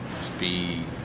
speed